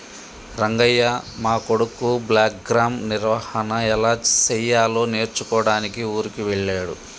రంగయ్య మా కొడుకు బ్లాక్గ్రామ్ నిర్వహన ఎలా సెయ్యాలో నేర్చుకోడానికి ఊరికి వెళ్ళాడు